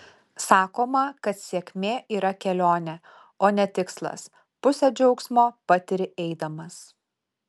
sakoma kad sėkmė yra kelionė o ne tikslas pusę džiaugsmo patiri eidamas